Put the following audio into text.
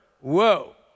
Whoa